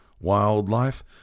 wildlife